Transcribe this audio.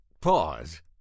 pause